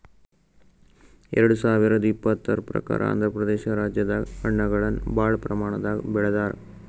ಎರಡ ಸಾವಿರದ್ ಇಪ್ಪತರ್ ಪ್ರಕಾರ್ ಆಂಧ್ರಪ್ರದೇಶ ರಾಜ್ಯದಾಗ್ ಹಣ್ಣಗಳನ್ನ್ ಭಾಳ್ ಪ್ರಮಾಣದಾಗ್ ಬೆಳದಾರ್